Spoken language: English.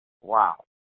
wow